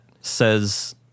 says